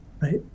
Right